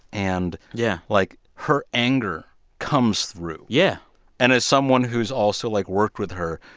and, yeah like, her anger comes through yeah and as someone who's also, like, worked with her,